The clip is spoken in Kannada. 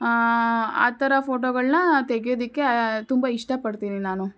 ಆ ಥರ ಫೋಟೊಗಳನ್ನ ತೆಗ್ಯೋದಕ್ಕೆ ತುಂಬ ಇಷ್ಟಪಡ್ತೀನಿ ನಾನು